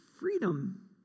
freedom